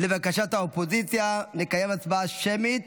לבקשת האופוזיציה, נקיים הצבעה שמית.